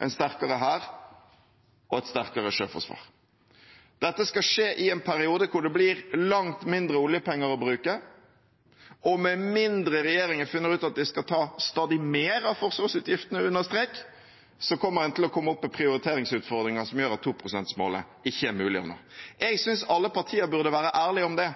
en sterkere hær og et sterkere sjøforsvar. Dette skal skje i en periode da det blir langt mindre oljepenger å bruke, og med mindre regjeringen finner ut at de skal ta stadig mer av forsvarsutgiftene under strek, vil en komme opp i prioriteringsutfordringer som gjør at 2-prosentmålet ikke er mulig å nå. Jeg synes alle partier burde være ærlig om det,